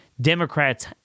Democrats